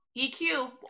EQ